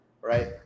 right